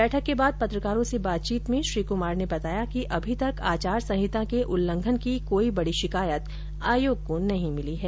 बैठक के बाद पत्रकारों से बातचीत में श्री कुमार ने बताया कि अभी तक आचार संहिता के उल्लंघन की कोई बडी शिकायत आयोग को नहीं मिली है